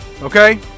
okay